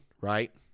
right